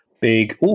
big